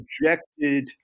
rejected